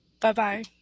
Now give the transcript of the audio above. Bye-bye